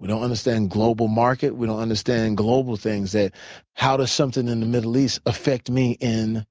we don't understand global market, we don't understand global things. that how does something in the middle east affect me in